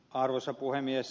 arvoisa puhemies